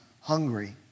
hungry